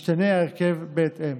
ישתנה ההרכב בהתאם: